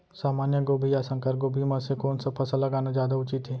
सामान्य गोभी या संकर गोभी म से कोन स फसल लगाना जादा उचित हे?